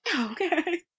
Okay